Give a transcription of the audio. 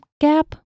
Gap